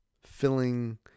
filling